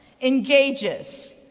engages